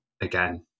again